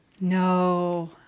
no